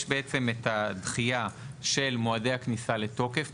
יש בעצם את הדחייה של מועדי הכניסה לתוקף,